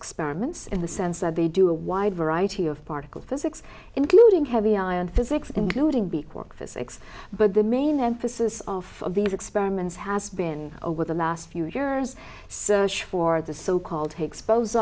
experiments in the sense that they do a wide variety of particle physics including heavy iron physics including beat work physics but the main emphasis of these experiments has been over the last few years search for the so called her expose